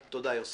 תודה, יוסי.